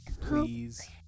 please